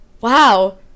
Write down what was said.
wow